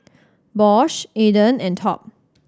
Bosch Aden and Top